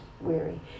weary